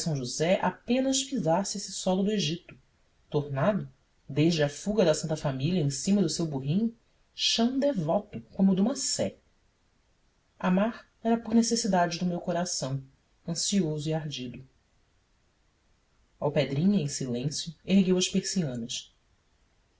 josé apenas pisasse esse solo do egito tomado desde a fuga da santa família em cima do seu burrinho chão devoto como o de uma sé amar era por necessidade do meu coração ansioso e ardido alpedrinha em silêncio ergueu as persianas